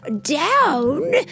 down